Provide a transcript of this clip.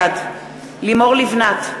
בעד לימור לבנת,